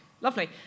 Lovely